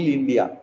India